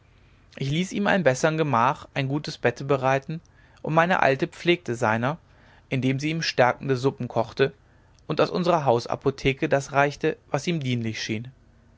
ich ließ ihm in einem bessern gemach ein gutes bette bereiten und meine alte pflegte seiner indem sie ihm stärkende suppen kochte und aus unserer hausapotheke das reichte was ihm dienlich schien